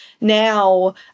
Now